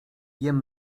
jem